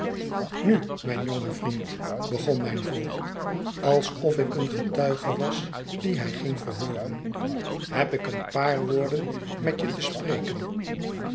nu mijn jonge vriend begon mijn voogd alsof ik een getuige was dien hij ging verhooren heb ik een paar woorden met je te spreken